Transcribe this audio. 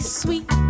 sweet